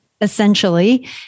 essentially